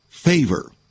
Favor